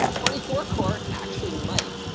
twenty four core actually might,